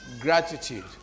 gratitude